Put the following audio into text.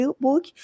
book